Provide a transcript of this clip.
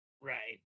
right